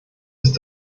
ist